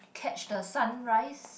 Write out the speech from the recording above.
catch the sunrise